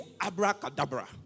abracadabra